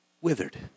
withered